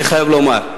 אני חייב למר,